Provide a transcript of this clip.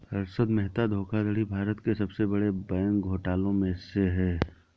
हर्षद मेहता धोखाधड़ी भारत के सबसे बड़े बैंक घोटालों में से है